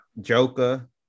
Joker